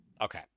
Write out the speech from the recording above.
Okay